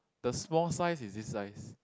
the small size is this size